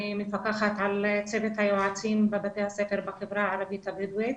אני מפקחת על צוות היועצים בבתי הספר בחברה הערבה הבדואית,